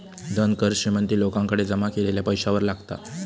धन कर श्रीमंत लोकांकडे जमा केलेल्या पैशावर लागता